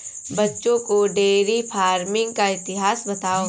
बच्चों को dairy farming का इतिहास बताओ